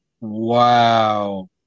Wow